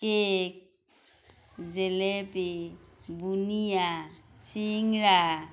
cake jalebi বুনিয়া চিংৰা